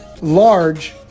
large